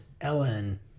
Ellen